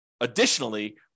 additionally